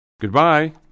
Goodbye